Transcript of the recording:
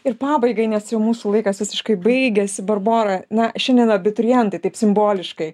ir pabaigai nes jau mūsų laikas visiškai baigiasi barbora na šiandien abiturientai taip simboliškai